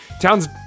Towns